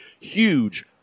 huge